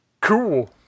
Cool